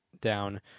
down